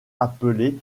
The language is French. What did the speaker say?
appelé